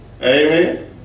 Amen